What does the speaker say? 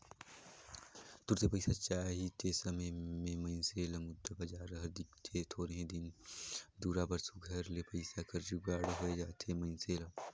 तुरते पइसा चाही ते समे में मइनसे ल मुद्रा बजार हर दिखथे थोरहें दिन दुरा बर सुग्घर ले पइसा कर जुगाड़ होए जाथे मइनसे ल